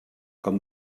com